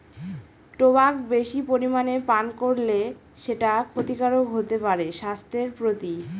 tobacco বেশি পরিমানে পান করলে সেটা ক্ষতিকারক হতে পারে স্বাস্থ্যের প্রতি